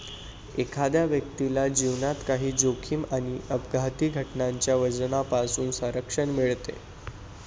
एखाद्या व्यक्तीला जीवनात काही जोखीम आणि अपघाती घटनांच्या वजनापासून संरक्षण मिळते